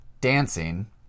dancing